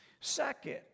second